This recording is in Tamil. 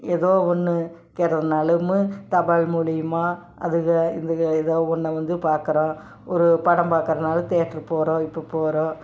எதோ ஒன்று தெரியலனாலுமு தபால் மூலிமா அதுக இதுக எதோ ஒன்று வந்து பார்க்குறோம் ஒரு படம் பார்க்கறனாலும் தேட்ருக்கு போகிறோம் இப்போ போகிறோம்